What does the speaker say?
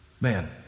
Man